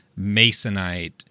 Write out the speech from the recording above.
masonite